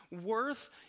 worth